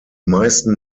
meisten